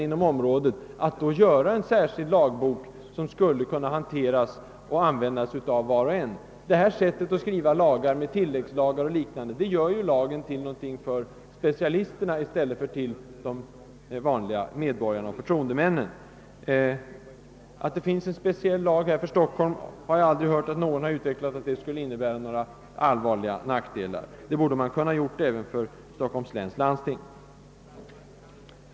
Det skulle vara bra att ha en särskild lagbok som kunde hanteras och användas av var och en. Om man skriver en landstingslag med tillläggslagar och liknande, så blir lagen bara tillgänglig för specialisterna, inte för vanliga medborgare och förtroendemän. Jag har aldrig hört någon påstå att det innebär några allvarliga nackdelar att ha en speciell kommunallag för Stockholm. Då borde man kunna ha det även för Stockholms läns landsting.